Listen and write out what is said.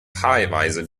paarweise